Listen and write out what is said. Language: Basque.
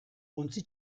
ontzi